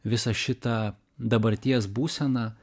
visą šitą dabarties būseną